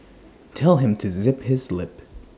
tell him to zip his lip